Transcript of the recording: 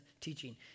teaching